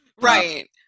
right